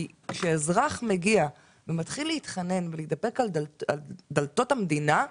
כשאזרח מגיע ומתחיל להתחנן ולהידפק על דלתות המדינה,